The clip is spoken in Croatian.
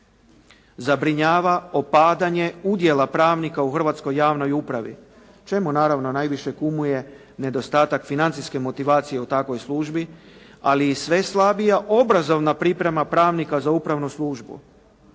Zabrinjava opadanje udjela pravnika u hrvatskoj javnoj upravi čemu naravno najviše kumuje nedostatak financijske motivacije u takvoj službi ali i sve slabija obrazovna priprema pravnika za upravnu službu